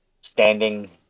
standing